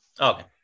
Okay